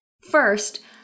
First